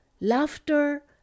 laughter